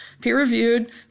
Peer-reviewed